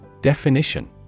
Definition